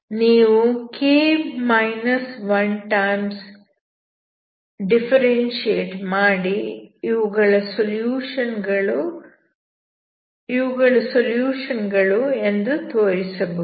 ನೀವು k 1 ಬಾರಿ differentiate ಮಾಡಿ ಇವುಗಳು ಸೊಲ್ಯೂಷನ್ ಗಳು ಎಂದು ತೋರಿಸಬಹುದು